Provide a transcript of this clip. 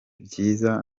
byiza